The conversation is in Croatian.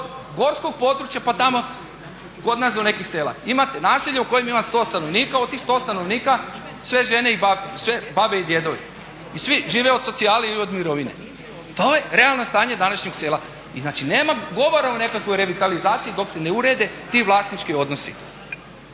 od gorskog pa tamo do kod nas do nekih sela. Imate naselje u kojem ima 100 stanovnika od tih 100 stanovnika sve babe i djedovi i svi žive od socijale i mirovine. To je realno stanje današnjeg sela i znači nema govora o nekoj revitalizaciji dok se ne urede ti vlasnički odnosi.